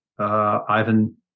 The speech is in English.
Ivan